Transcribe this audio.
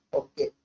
okay